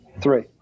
three